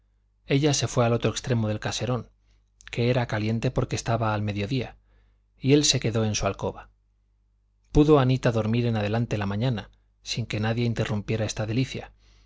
ella se fue al otro extremo del caserón que era caliente porque estaba al mediodía y él se quedó en su alcoba pudo anita dormir en adelante la mañana sin que nadie interrumpiera esta delicia